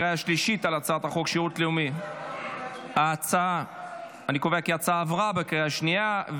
כי ההצעה עברה בקריאה שנייה.